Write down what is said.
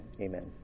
Amen